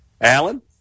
Alan